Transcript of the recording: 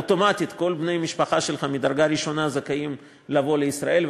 אוטומטית כל בני משפחה שלך מדרגה ראשונה זכאים לבוא לישראל,